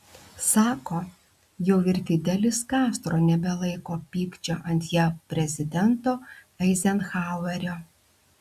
sako jau ir fidelis kastro nebelaiko pykčio ant jav prezidento eizenhauerio